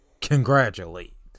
Congratulate